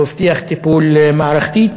והוא הבטיח טיפול מערכתי.